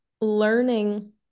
learning